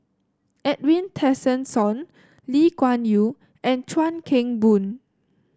Edwin Tessensohn Lee Kuan Yew and Chuan Keng Boon